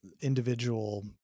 individual